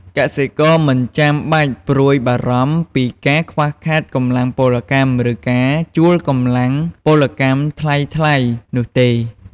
កសិករមិនចាំបាច់ព្រួយបារម្ភពីការខ្វះខាតកម្លាំងពលកម្ម ឬការជួលកម្លាំងពលកម្មថ្លៃៗនោះទេ។